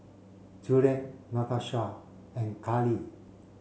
Juliet Natosha and Kali